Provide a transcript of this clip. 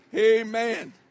Amen